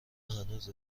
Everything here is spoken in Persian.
هنوز